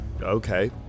okay